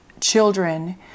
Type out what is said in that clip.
children